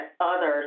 others